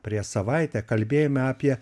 prieš savaitę kalbėjome apie